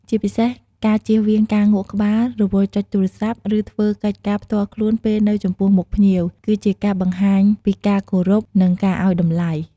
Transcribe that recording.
ជាពិសេសការជៀសវាងការងក់ក្បាលរវល់ចុចទូរស័ព្ទឬធ្វើកិច្ចការផ្ទាល់ខ្លួនពេកនៅចំពោះមុខភ្ញៀវ គឺជាការបង្ហាញពីការគោរព និងការឲ្យតម្លៃ។